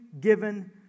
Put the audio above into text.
given